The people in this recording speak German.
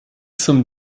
zum